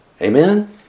Amen